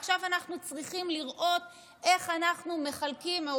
ועכשיו אנחנו צריכים לראות איך אנחנו מחלקים או